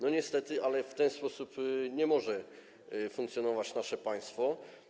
Niestety, ale w ten sposób nie może funkcjonować nasze państwo.